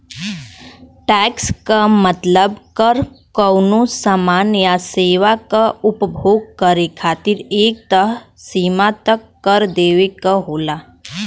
tax क मतलब कर कउनो सामान या सेवा क उपभोग करे खातिर एक तय सीमा तक कर देवे क होला